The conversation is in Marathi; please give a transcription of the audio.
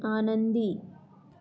आनंदी